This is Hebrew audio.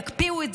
יקפיאו,